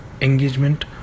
engagement